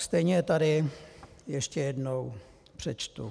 Stejně je tady ještě jednou přečtu.